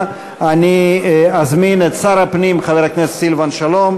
אני אזמין את שר הפנים חבר הכנסת סילבן שלום,